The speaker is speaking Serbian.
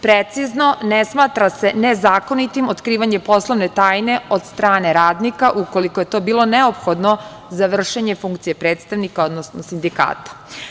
Precizno, ne smatra se nezakonitim otkrivanje poslovne tajne od strane radnika ukoliko je to bilo neophodno za vršenje funkcije predstavnika, odnosno sindikata.